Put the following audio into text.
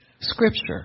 scripture